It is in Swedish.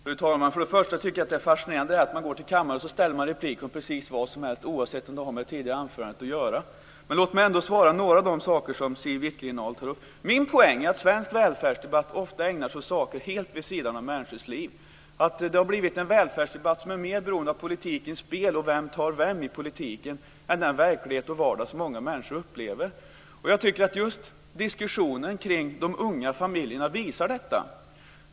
Fru talman! För det första tycker jag att det är fascinerande att man går till kammaren, begär replik och ställer frågor om precis vad som helst, oavsett om det har med det tidigare anförandet att göra eller inte. Men låt mig ändå svara på några av de frågor som Siw Wittgren-Ahl ställer. Min poäng är att svensk välfärdsdebatt ofta ägnar sig åt saker helt vid sidan av människors liv. Det har blivit en välfärdsdebatt som är mer beroende av politikens spel och vem tar vem i politiken än den verklighet och vardag som många människor upplever. Jag tycker att just diskussionen kring de unga familjerna visar detta.